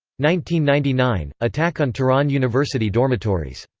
ninety ninety nine attack on tehran university dormitories.